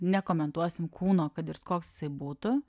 nekomentuosim kūno kad ir koks jisai būtų